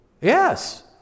Yes